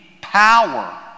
power